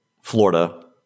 Florida